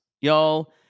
Y'all